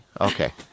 Okay